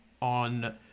on